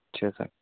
اچھا سر